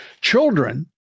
Children